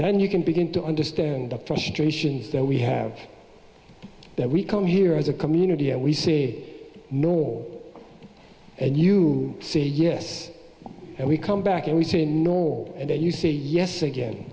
then you can begin to understand the frustrations that we have that we come here as a community and we say norm and you say yes and we come back and we say norm and then you say yes